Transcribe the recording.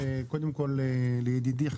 קודם כל לידידי,